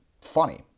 funny